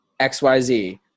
XYZ